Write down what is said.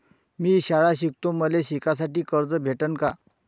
मी शाळा शिकतो, मले शिकासाठी कर्ज भेटन का?